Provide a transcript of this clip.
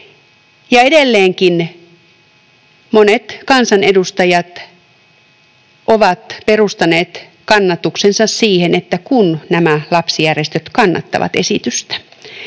edelleenkin monet kansanedustajat ovat perustaneet kannatuksensa siihen, että nämä lapsijärjestöt kannattavat esitystä.